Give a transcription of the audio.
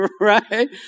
Right